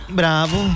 bravo